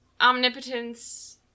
omnipotence